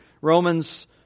Romans